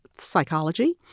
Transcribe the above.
psychology